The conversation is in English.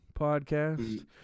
podcast